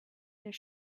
their